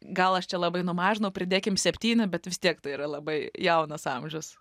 gal aš čia labai numažinau pridėkim septyni bet vis tiek tai yra labai jaunas amžius